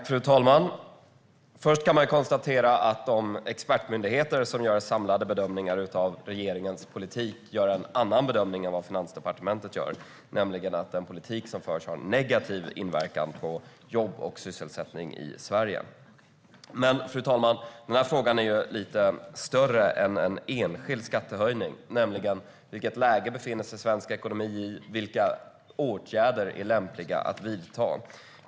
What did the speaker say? Fru talman! Först kan man konstatera att de expertmyndigheter som gör samlade bedömningar av regeringens politik gör en annan bedömning än vad Finansdepartementet gör, nämligen att den politik som förs har en negativ inverkan på jobb och sysselsättning i Sverige. Men, fru talman, den här frågan är lite större än en enskild skattehöjning, nämligen: Vilket läge befinner sig svensk ekonomi i? Vilka åtgärder är lämpliga att vidta?